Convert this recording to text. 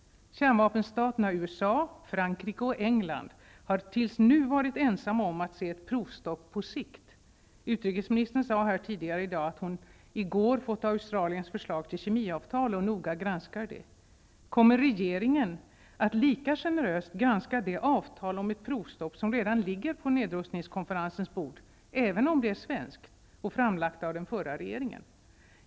Kärnvapenstaterna USA, Frankrike och England har tills nu varit ensamma om att se ett provstopp ''på sikt''. Utrikesministern sa här tidigare i dag att hon i går fått Australiens förslag till kemiavtal och noga granskar det. Kommer regeringen att lika generöst granska det avtal om ett provstopp, som redan ligger på nedrustningskonferensens bord, även om det är svenskt och framlagt av den förra regeringen?